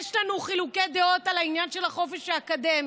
יש לנו חילוקי דעות על העניין של החופש האקדמי.